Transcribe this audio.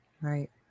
right